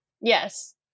Yes